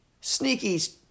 Sneaky